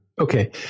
Okay